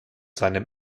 seinem